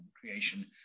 creation